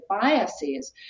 biases